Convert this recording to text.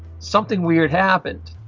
something weird happened.